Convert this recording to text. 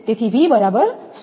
તેથી V બરાબર 100 kV છે